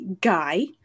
guy